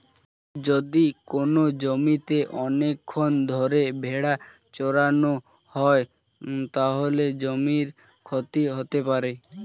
যদি কোনো জমিতে অনেকক্ষণ ধরে ভেড়া চড়ানো হয়, তাহলে জমির ক্ষতি হতে পারে